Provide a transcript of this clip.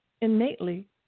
innately